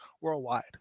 worldwide